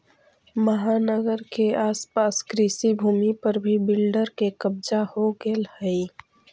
महानगर के आस पास कृषिभूमि पर भी बिल्डर के कब्जा हो गेलऽ हई